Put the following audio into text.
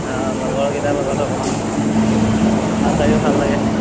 অঁ লগৰকেইটাৰ লগত অকণমান ভাওনা চায়ো ভাল লাগে